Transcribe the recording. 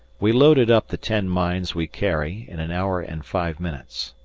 we loaded up the ten mines we carry in an hour and five minutes.